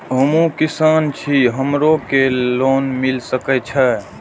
हमू किसान छी हमरो के लोन मिल सके छे?